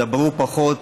דברו פחות,